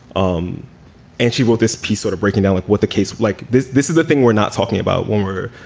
um and she wrote this piece sort of breaking down with a case like this. this is the thing we're not talking about when we're,